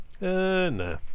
No